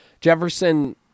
Jefferson